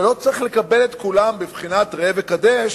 שלא צריך לקבל את כולן בבחינת ראה וקדש,